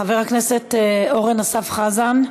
חבר הכנסת אורן אסף חזן,